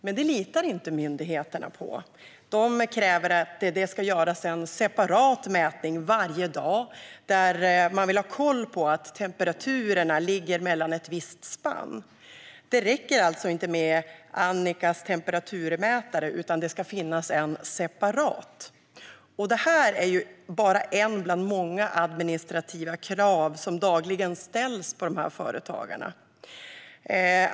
Det litar dock inte myndigheterna på, utan de kräver att det ska göras en separat mätning varje dag. Man vill ha koll på att temperaturerna ligger i ett visst spann. Det räcker alltså inte med Anniqas temperaturmätare, utan det ska finnas en separat. Detta är bara ett av många administrativa krav som dagligen ställs på dessa företagare.